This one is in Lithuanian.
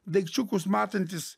daikčiukus matantys